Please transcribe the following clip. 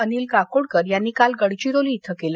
अनिल काकोडकर यांनी काल गडचिरोली इथं केल